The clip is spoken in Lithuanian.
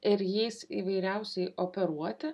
ir jais įvairiausiai operuoti